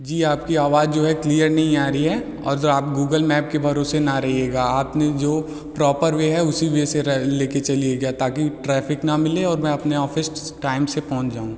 जी आपकी आवाज़ जो है क्लियर नहीं आ रही है और जो आप गूगल मैप के भरोसे ना रहिएगा आप ने जो प्रॉपर वे है उसी वे से ले कर चलिएगा ताकि ट्रैफिक ना मिले और मैं अपने ऑफिस टाइम से पहुँच जाऊँ